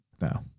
No